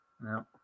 no